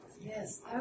Yes